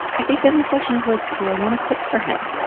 i think then the question is like, do i want to cook for him?